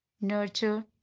nurture